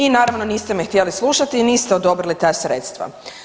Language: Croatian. I naravno, niste me htjeli slušati i niste odobrili ta sredstva.